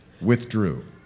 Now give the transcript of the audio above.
withdrew